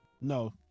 No